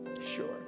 Sure